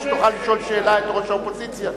שתוכל לשאול שאלה את ראש האופוזיציה?